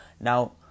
Now